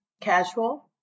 casual